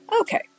Okay